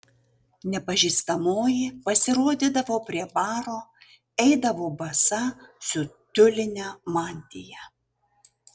nepažįstamoji pasirodydavo prie baro eidavo basa su tiuline mantija